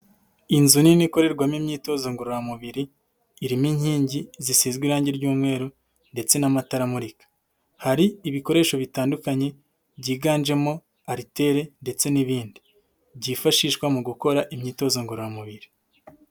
Inzu nini ikorerwamo imyitozo ngororamubiri, irimo inkingi zisizwe irangi ry'umweru ndetse n'amatara amurika, hari ibikoresho bitandukanye byiganjemo ariteri ndetse n'ibindi, byifashishwa mu gukora imyitozo ngororamubiri.